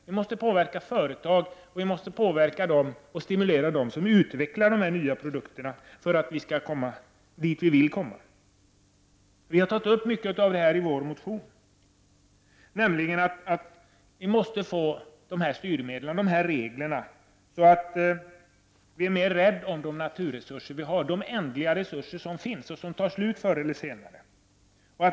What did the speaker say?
Vi måste även påverka och stimulera företag så att de utvecklar dessa nya produkter för att utvecklingen skall gå i den riktning som vi vill. Vi har tagit upp mycket av detta i vår motion, nämligen att vi måste få dessa styrmedel och dessa regler så att vi är mer rädda om de naturresurser som vi har, de ändliga resurser som finns och som tar slut förr eller senare.